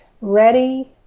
ready